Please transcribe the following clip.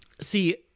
see